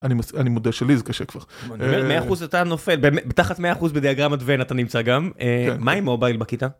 אני מודה שלי זה קשה כבר. 100% אתה נופל תחת 100% בדיאגרמת ון נמצא גם. מה עם מובייל בכיתה?